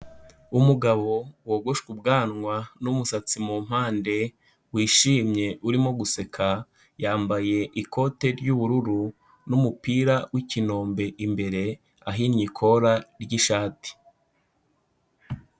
Umugabo wogosha ubwanwa n'umusatsi mu mpande, wishimye urimo guseka, yambaye ikote ry'ubururu n'umupira w'ikinombe imbere ahinnye ikora ry'ishati.